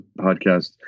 podcast